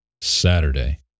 Saturday